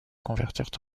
convertirent